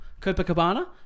Copacabana